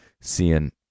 seeing